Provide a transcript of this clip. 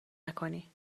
نکنی